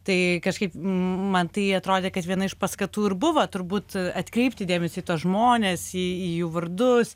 tai kažkaip man tai atrodė kad viena iš paskatų ir buvo turbūt atkreipti dėmesį į tuos žmones į į jų vardus